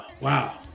wow